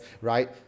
right